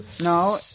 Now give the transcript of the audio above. No